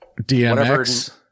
DMX